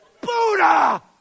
Buddha